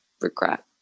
regret